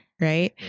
right